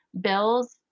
bills